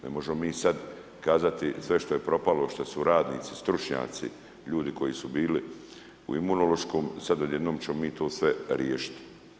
Ne možemo mi sad kazati sve što je propalo, što su radnici, stručnjaci, ljudi koji su bili u Imunološkom sad odjednom ćemo mi to sve riješiti.